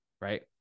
right